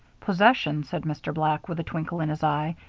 possession, said mr. black, with a twinkle in his eye,